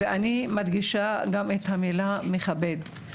אני מדגיש את המילה "מכבד".